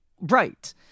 right